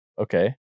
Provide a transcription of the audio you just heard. Okay